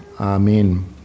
Amen